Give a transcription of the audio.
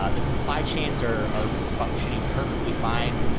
ah the supply chains are are functioning perfectly fine.